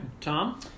Tom